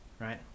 right